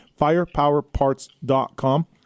Firepowerparts.com